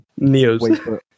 Neos